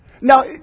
Now